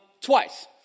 twice